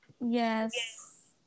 Yes